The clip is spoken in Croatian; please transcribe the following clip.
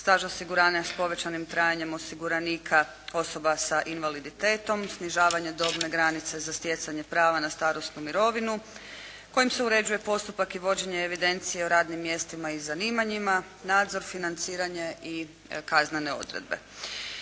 staž osiguranja s povećanim trajanjem osiguranika osoba sa invaliditetom, snižavanje dobne granice za stjecanje prava na starosnu mirovinu kojim se uređuje postupak i vođenje evidencije o radnim mjestima i zanimanjima, nadzor, financiranje i kaznene odredbe.